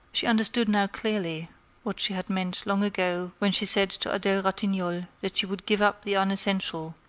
she understood now clearly what she had meant long ago when she said to adele ratignolle that she would give up the unessential,